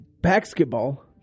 Basketball